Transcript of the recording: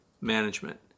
management